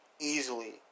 easily